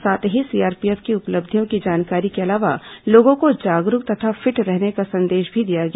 साथ ही सीआरपीएफ की उपलब्धियों की जानकारी के अलावा लोगों को जागरूक तथा फिट रहने का संदेश भी दिया गया